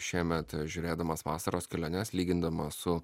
šiemet žiūrėdamas vasaros keliones lygindamas su